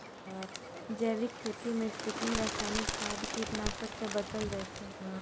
जैविक खेती मे कृत्रिम, रासायनिक खाद, कीटनाशक सं बचल जाइ छै